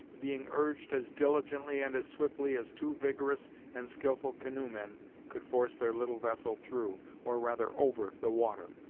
being urged as diligently and as swiftly as two vigorous and skilful canoemen could force their little vessel through, or rather over, the water.